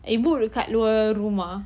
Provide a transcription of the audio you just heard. eh ibu dekat luar rumah